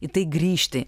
į tai grįžti